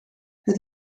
het